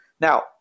Now